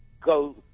go